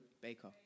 Baker